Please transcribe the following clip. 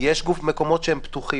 פתוחים.